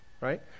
right